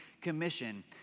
Commission